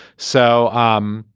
so um